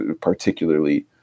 particularly